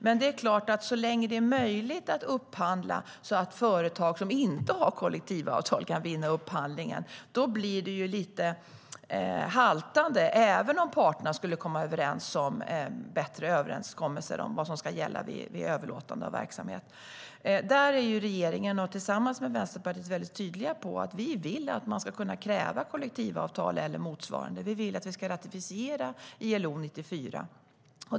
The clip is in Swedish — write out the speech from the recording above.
Men det är klart att så länge det är möjligt att upphandla så att företag som inte har kollektivavtal kan vinna upphandlingen blir det lite haltande även om parterna skulle göra bättre överenskommelser om vad som ska gälla vid överlåtande av verksamhet. Där är vi i regeringen, tillsammans med Vänsterpartiet, väldigt tydliga med att vi vill att man ska kunna kräva kollektivavtal eller motsvarande. Vi vill ratificera ILO 94.